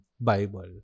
Bible